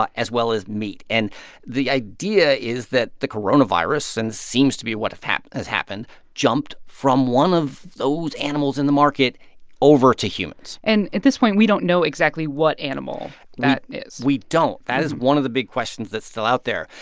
ah as well as meat. and the idea is that the coronavirus and seems to be what has happened has happened jumped from one of those animals in the market over to humans and at this point, we don't know exactly what animal that is we don't. that is one of the big questions that's still out there.